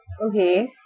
Okay